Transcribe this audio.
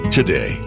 Today